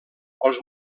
els